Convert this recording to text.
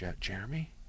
Jeremy